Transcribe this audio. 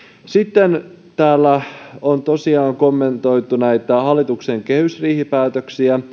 sitten täällä on tosiaan kommentoitu näitä hallituksen kehysriihipäätöksiä